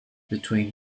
between